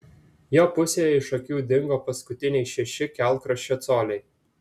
jo pusėje iš akių dingo paskutiniai šeši kelkraščio coliai